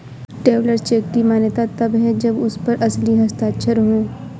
travellers cheque की मान्यता तब है जब उस पर असली हस्ताक्षर हो